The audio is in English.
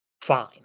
Fine